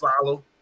follow